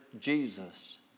Jesus